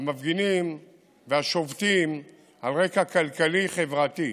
המפגינים והשובתים על רקע כלכלי-חברתי.